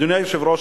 אדוני היושב-ראש,